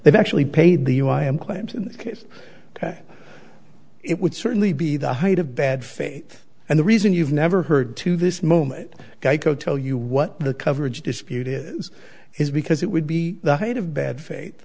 they've actually paid the u i and claims in this case that it would certainly be the height of bad faith and the reason you've never heard to this moment geico tell you what the coverage dispute is is because it would be the height of